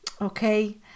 okay